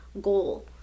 goal